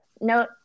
No